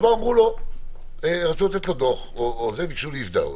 הם באו, רצו לתת לו דוח, ביקשו להזדהות.